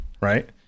right